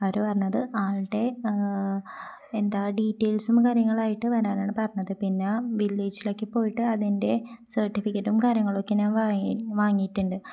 അവർ പറഞ്ഞത് ആളുടെ എന്താ ഡീറ്റെയിൽസും കാര്യങ്ങളായിട്ട് വരാനാണ് പറഞ്ഞത് പിന്നെ വില്ലേജിലൊക്കെ പോയിട്ട് അതിൻ്റെ സർട്ടിഫിക്കറ്റും കാര്യങ്ങളൊക്കെ ഞാൻ വായി വാങ്ങിയിട്ടുണ്ട്